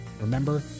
Remember